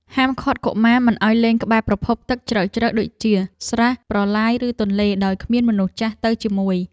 ហាមឃាត់កុមារមិនឱ្យលេងក្បែរប្រភពទឹកជ្រៅៗដូចជាស្រះ ប្រឡាយ ឬទន្លេដោយគ្មានមនុស្សចាស់ទៅជាមួយ។